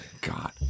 god